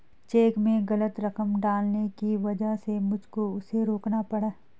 check में गलत रकम डालने की वजह से मुझको उसे रोकना पड़ा